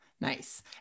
Nice